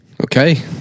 okay